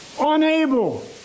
unable